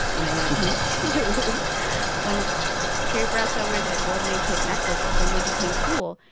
you know, when it comes to when carrie bradshaw wears a gold, nameplate necklace, it suddenly became cool.